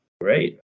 Great